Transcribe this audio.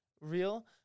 real